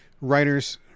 writers